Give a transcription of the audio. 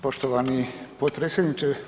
Poštovani potpredsjedniče.